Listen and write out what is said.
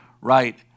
right